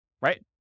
Right